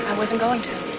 and was and going to